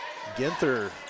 Ginther